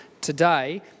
today